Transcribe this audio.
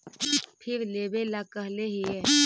फिर लेवेला कहले हियै?